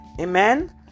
Amen